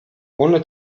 ohne